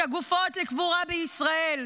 את הגופות, לקבורה בישראל.